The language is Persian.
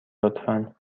لطفا